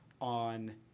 on